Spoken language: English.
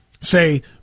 say